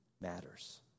matters